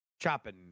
chopping